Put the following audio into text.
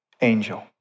angel